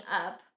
up